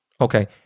Okay